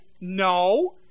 No